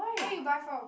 where you buy from